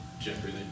jeffrey